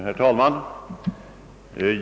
Herr talman!